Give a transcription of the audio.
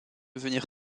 venir